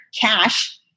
cash